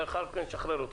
ואחר כך נשחרר אותך.